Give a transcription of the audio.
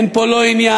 אין פה לא עניין,